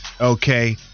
okay